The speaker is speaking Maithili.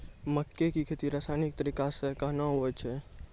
मक्के की खेती रसायनिक तरीका से कहना हुआ छ?